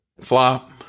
flop